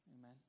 Amen